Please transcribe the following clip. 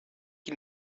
qui